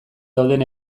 dauden